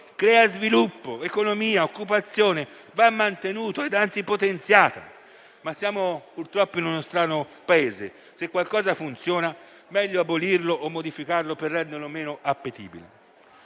crea sviluppo, economia e occupazione va mantenuto e - anzi - potenziato. Purtroppo, però, siamo in uno strano Paese: se qualcosa funziona, meglio abolirlo o modificarlo per renderlo meno appetibile.